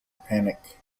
panic